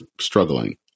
struggling